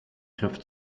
griff